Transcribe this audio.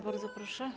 Bardzo proszę.